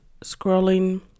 scrolling